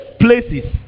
places